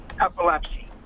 epilepsy